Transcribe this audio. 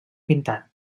pintat